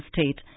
state